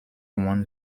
won